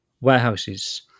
warehouses